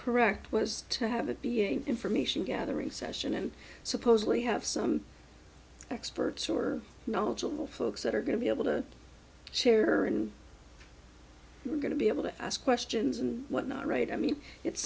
correct was to have it be a information gathering session and supposedly have some experts or knowledgeable folks that are going to be able to share and we're going to be able to ask questions and what not right i mean it's